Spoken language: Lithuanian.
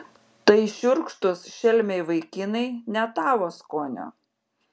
tai šiurkštūs šelmiai vaikinai ne tavo skonio